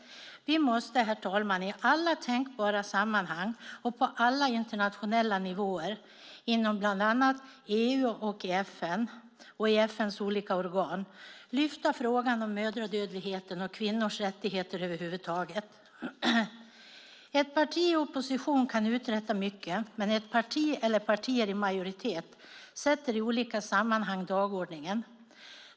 Vi måste, herr talman, i alla tänkbara sammanhang och på alla internationella nivåer inom bland annat EU och i FN:s olika organ lyfta fram frågan om mödradödligheten och kvinnors rättigheter över huvud taget. Ett parti i opposition kan uträtta mycket, men ett parti eller partier i majoritet sätter i olika sammanhang dagordningen.